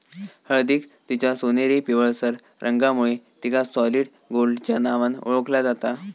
हळदीक तिच्या सोनेरी पिवळसर रंगामुळे तिका सॉलिड गोल्डच्या नावान ओळखला जाता